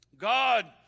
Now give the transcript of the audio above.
God